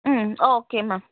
ம் ஓகேம்மா